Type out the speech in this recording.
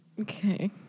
Okay